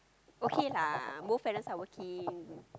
okay lah both parents are working